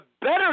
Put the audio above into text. better